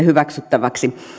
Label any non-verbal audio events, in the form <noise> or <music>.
<unintelligible> hyväksyttäväksi